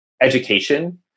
education